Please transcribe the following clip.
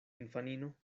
infanino